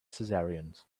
cesareans